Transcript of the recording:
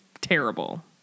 terrible